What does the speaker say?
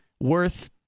worth